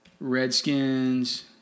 Redskins